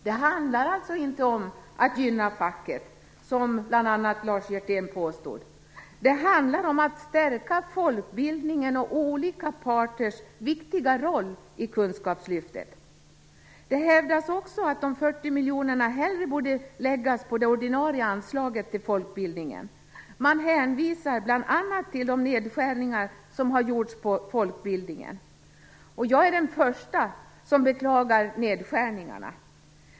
Det handlar alltså inte om att gynna facket, som bl.a. Lars Hjertén påstod. Det handlar om att stärka folkbildningens och de olika parternas viktiga roll i Det hävdas också att de 40 miljonerna hellre borde läggas på det ordinarie anslaget till folkbildningen. Man hänvisar bl.a. till de nedskärningar som där har gjorts. Jag är den första att beklaga nedskärningarna.